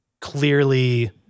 clearly